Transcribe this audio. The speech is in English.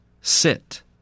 sit